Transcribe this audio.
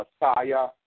Messiah